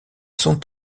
sont